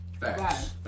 Facts